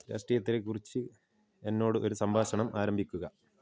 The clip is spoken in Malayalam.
രാഷ്ട്രീയത്തെ കുറിച്ച് എന്നോട് ഒരു സംഭാഷണം ആരംഭിക്കുക